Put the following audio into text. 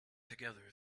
together